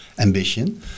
ambition